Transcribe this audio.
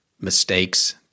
mistakes